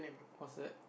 what's that